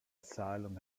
asylum